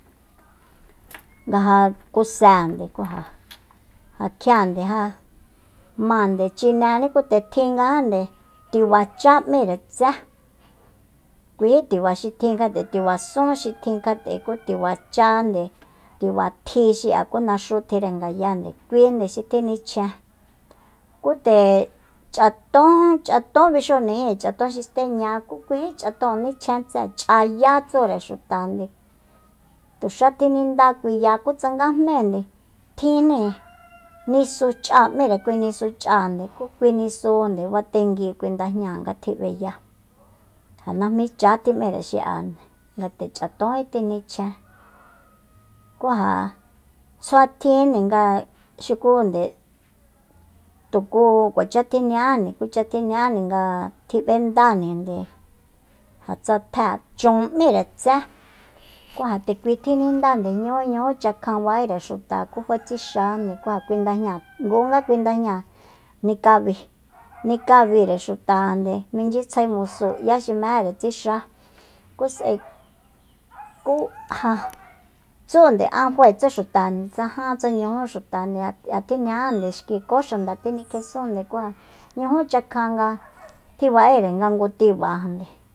Nga ja kusénde kuja ja jakjiande ja mande chinení ku nde tjingande tiba cha m'íre tsé kuijí tiba xi tjin kjat'e tiba sún xi tjin kjat'e ku tibachánde tiba tji xi'a ku naxú tjinre ngayande kuínde xi tjinchjen ku nde ch'atón- ch'atón bixujnijíin ch'atón xi steña kú kuijí xi nichjen tsée ch'ayá tsúre xutande tuxá kinindá kui ya ku tsa jménde tjinjni nisuch'áa m'íre kui nisu ch'áa ku kui nisu batenguire kui ndajñáa nga tjib'eya ja najmí cha tjim'íre xi'a ngat'a ch'atónji tjinichjen ku ja tsjuatjinde nga xukúnde tuku kuacha tjiña'ánde kuacha tjiña'ánde nga tjib'endajninde ja tsa tjée chaon m'íre tsé ku ja nde kui tjinindande yujú ñujú chakjan ba'ére xuta kjua tsixande ku ja kui ndajña ngu nga kui ndajñáa nikabi nikabire xutajande minchyitsjae musúu 'ya xi mejere tsixa kú s'ae ku ja tsúnde an fae tsu xutande tsa jan tsa ñujú xutande ja k'ia tjiña'ande xki kó xanda tjinikjesúnde kú ja ñujú chakjan nga tjiba'ére nga ngu tibajande